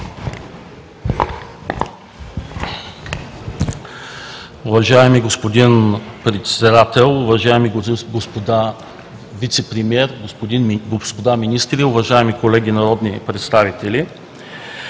Уважаеми господин Председател, уважаеми господин Вицепремиер, господа министри, уважаеми колеги народни представители!